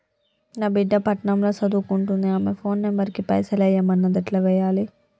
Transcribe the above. నా బిడ్డే పట్నం ల సదువుకుంటుంది ఆమె ఫోన్ నంబర్ కి పైసల్ ఎయ్యమన్నది ఎట్ల ఎయ్యాలి?